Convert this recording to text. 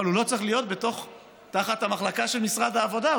אבל הוא לא צריך להיות תחת המחלקה של משרד העבודה.